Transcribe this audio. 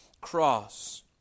cross